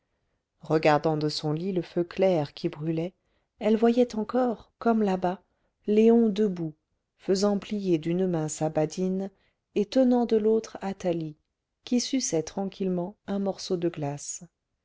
regardant de son lit le feu clair qui brûlait elle voyait encore comme là-bas léon debout faisant plier d'une main sa badine et tenant de l'autre athalie qui suçait tranquillement un morceau de glace